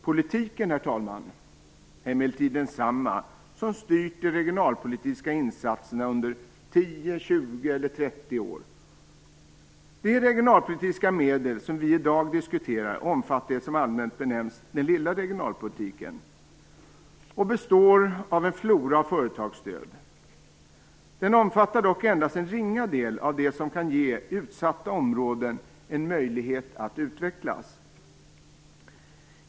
Politiken, herr talman, är emellertid den samma som styrt de regionalpolitiska insatserna under 10, 20 De regionalpolitiska medel som vi i dag diskuterar omfattar de som allmänt benämns den lilla regionalpolitiken och som består av en flora av företagsstöd. Den omfattar dock endast en ringa del av det som kan ge utsatta områden en möjlighet att utvecklas.